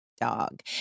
dog